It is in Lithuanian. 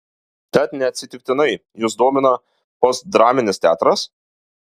tad neatsitiktinai jus domina postdraminis teatras